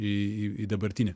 į dabartinį